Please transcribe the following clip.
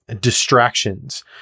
distractions